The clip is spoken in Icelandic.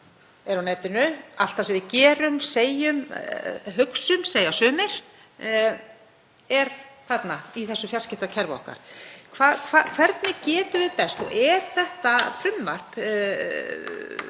er á netinu. Allt það sem við gerum, segjum, hugsum, segja sumir, er í þessu fjarskiptakerfi okkar. Hvernig getum við best (Forseti hringir.)